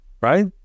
right